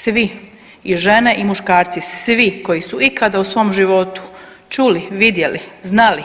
Svi i žene i muškarci, svi koji su ikada u svom životu čuli, vidjeli, znali